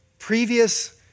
previous